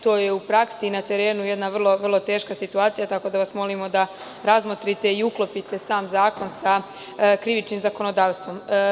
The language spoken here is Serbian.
To je u praksi i na terenu vrlo teška situacija, tako da vas molimo da razmotrite i uklopite sam zakon sa krivičnim zakonodavstvom.